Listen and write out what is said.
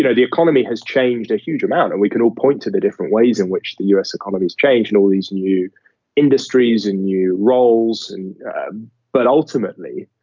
you know the economy has changed a huge amount and we can all point to the different ways in which the us economy is changing all these new industries and new roles. and but ultimately,